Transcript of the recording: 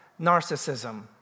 narcissism